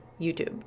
YouTube